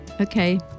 Okay